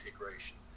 integration